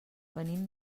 venim